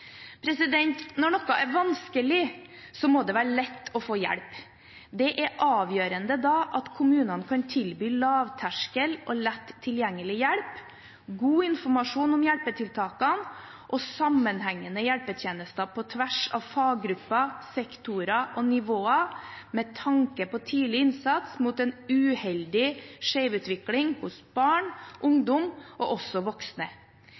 Når noe er vanskelig, må det være lett å få hjelp. Det er da avgjørende at kommunene kan tilby lavterskel og lett tilgjengelig hjelp, god informasjon om hjelpetiltakene og sammenhengende hjelpetjenester på tvers av faggrupper, sektorer og nivåer, med tanke på tidlig innsats mot en uheldig skjevutvikling hos barn, ungdom og også voksne.